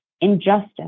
injustice